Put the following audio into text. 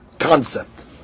Concept